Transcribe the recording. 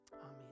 Amen